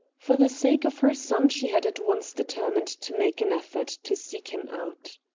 for the sake of her son she had at once determined to make an effort to seek him out.